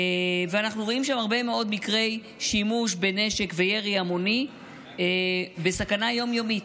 ואנחנו רואים שם הרבה מאוד מקרי שימוש בנשק וירי המוני וסכנה יום-יומית.